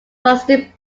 costume